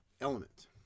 element